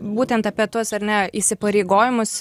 būtent apie tuos ar ne įsipareigojimus